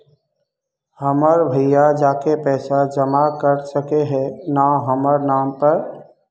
हमर भैया जाके पैसा जमा कर सके है न हमर नाम पर?